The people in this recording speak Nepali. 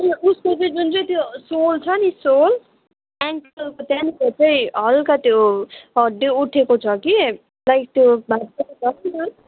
ए उसको चाहिँ जुन चाहिँ त्यो सोल छ नि सोल एङ्कलको त्यहाँनिर चाहिँ हल्का त्यो हड्डी उठेको छ कि लाइक त्यो भाँच्चिएको छ नि त